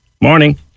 Morning